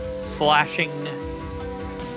slashing